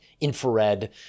infrared